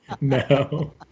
No